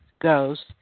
goes